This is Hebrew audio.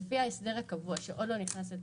לפי ההסדר הקבוע, שעוד לא נכנס לתוקף,